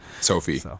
Sophie